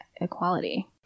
equality